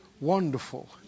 wonderful